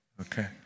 Okay